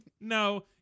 no